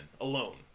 alone